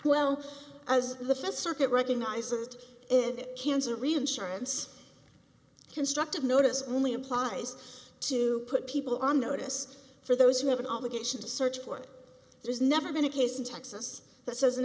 well as the fifth circuit recognizes it cancer reinsurance constructive notice only applies to put people on notice for those who have an obligation to search for it there's never been a case in texas that says an